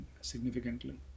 significantly